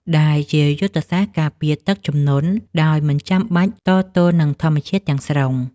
ដែលជាយុទ្ធសាស្ត្រការពារទឹកជំនន់ដោយមិនចាំបាច់តទល់នឹងធម្មជាតិទាំងស្រុង។